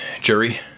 jury